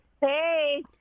Hey